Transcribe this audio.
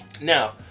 now